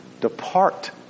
Depart